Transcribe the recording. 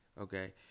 okay